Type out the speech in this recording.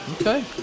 Okay